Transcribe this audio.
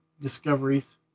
discoveries